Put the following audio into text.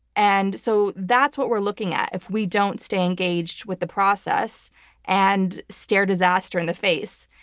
and so that's what we're looking at if we don't stay engaged with the process and stare disaster in the face.